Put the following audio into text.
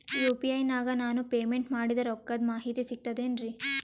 UPI ನಾಗ ನಾನು payment ಮಾಡಿದ ರೊಕ್ಕದ ಮಾಹಿತಿ ಸಿಕ್ತಾತೇನ್ರೀ?